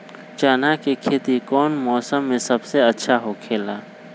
चाना के खेती कौन मौसम में सबसे अच्छा होखेला?